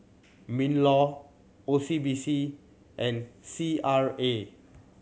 MinLaw O C B C and C R A